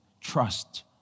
Trust